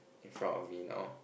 in front of me now